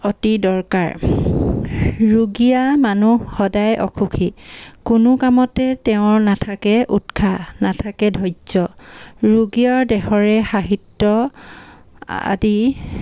অতি দৰকাৰ ৰুগীয়া মানুহ সদায় অসুখী কোনো কামতে তেওঁৰ নাথাকে উৎসাহ নাথাকে ধৈৰ্য্য় ৰোগীয়া দেহেৰে সাহিত্য আদি